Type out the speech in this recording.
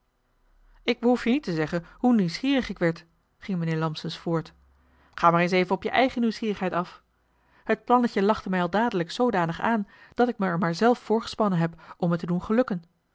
ik behoef je niet te zeggen hoe nieuwsgierig ik werd ging mijnheer lampsens voort ga maar eens even op je eigen nieuwsgierigheid af het plannetje lachte mij al dadelijk zoodanig aan dat ik me er maar zelf voorgespannen heb om het te doen gelukken